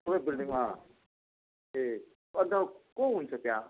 ठुलो बिल्डिङ ए अन्त को हुन्छ त्यहाँ